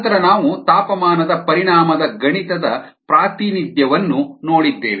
ನಂತರ ನಾವು ತಾಪಮಾನದ ಪರಿಣಾಮದ ಗಣಿತದ ಪ್ರಾತಿನಿಧ್ಯವನ್ನು ನೋಡಿದ್ದೇವೆ